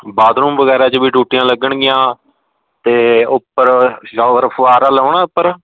bathroom ਵਗੈਰਾ 'ਚ ਵੀ ਟੂਟੀਆਂ ਲੱਗਣਗੀਆਂ ਅਤੇ ਉੱਪਰ ਫੁਆਰਾ ਲਾਉਣਾ ਉੱਪਰ